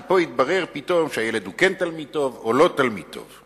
כי פה יתברר פתאום שהילד הוא כן תלמיד טוב או לא תלמיד טוב.